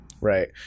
Right